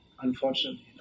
unfortunately